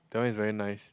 that one is very nice